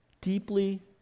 deeply